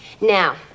Now